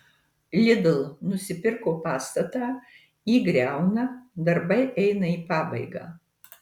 lidl nusipirko pastatą jį griauna darbai eina į pabaigą